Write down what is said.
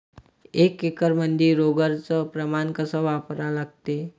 एक एकरमंदी रोगर च प्रमान कस वापरा लागते?